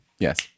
Yes